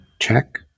check